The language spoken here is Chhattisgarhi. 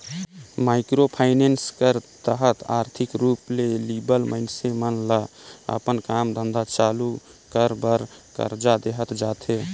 माइक्रो फाइनेंस कर तहत आरथिक रूप ले लिबल मइनसे मन ल अपन काम धंधा चालू कर बर करजा देहल जाथे